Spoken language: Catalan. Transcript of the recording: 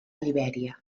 libèria